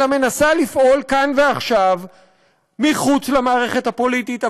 אלא מנסה לפעול כאן ועכשיו מחוץ למערכת הפוליטית,